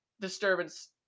disturbance